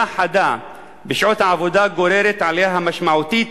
חדה בשעות העבודה גוררת עלייה משמעותית